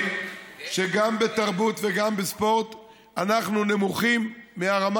שגם בתרבות וגם בספורט אנחנו נמוכים מהרמה